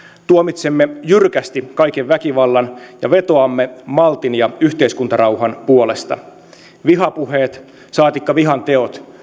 tuomitsemme jyrkästi kaiken väkivallan ja vetoamme maltin ja yhteiskuntarauhan puolesta vihapuheet saatikka vihateot